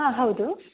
ಹಾಂ ಹೌದು